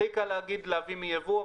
הכי קל לומר להביא יבוא,